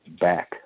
back